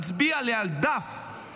אם אתה תצביע לי על דף אחד,